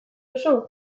duzu